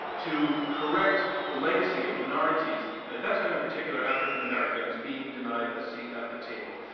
to correct the legacy of minorities, and at that time in particular, african-americans being denied a seat at the table,